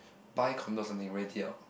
buy condo or something rent it out